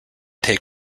take